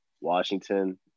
Washington